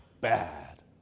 bad